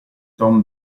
tom